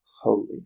holy